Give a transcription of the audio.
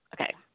okay